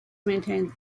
maintain